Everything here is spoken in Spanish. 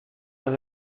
los